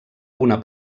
una